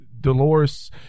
Dolores